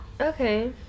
Okay